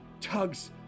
tugs